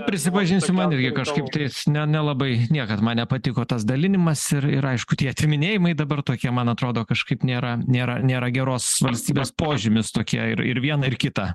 prisipažinsiu man irgi kažkaip tai ne nelabai niekad man nepatiko tas dalinimas ir ir aišku tie atiminėjimai dabar tokie man atrodo kažkaip nėra nėra nėra geros valstybės požymis tokie ir ir viena ir kita